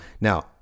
now